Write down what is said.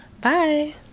bye